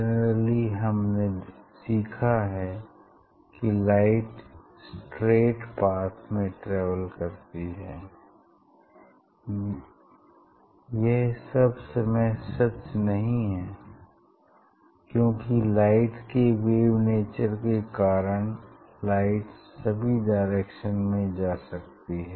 generally हमने सीखा है कि लाइट स्ट्रैट पाथ में ट्रेवल करती है यह सब समय सच नहीं है क्योंकि लाइट के वेव नेचर के कारण लाइट सभी डायरेक्शन में जा सकती है